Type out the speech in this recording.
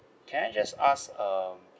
can I just ask uh